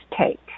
take